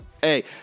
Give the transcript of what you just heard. hey